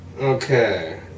Okay